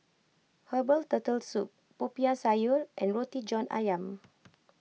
Herbal Turtle Soup Popiah Sayur and Roti John Ayam